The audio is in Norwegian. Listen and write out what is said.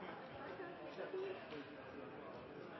jeg kan